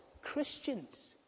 Christians